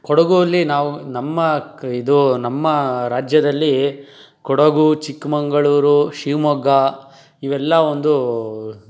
ಕೊಡಗು ಅಲ್ಲಿ ನಾವು ನಮ್ಮ ಕ್ ಇದು ನಮ್ಮ ರಾಜ್ಯದಲ್ಲಿ ಕೊಡಗು ಚಿಕ್ಕಮಗಳೂರು ಶಿವಮೊಗ್ಗ ಇವೆಲ್ಲ ಒಂದು